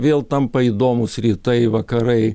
vėl tampa įdomūs rytai vakarai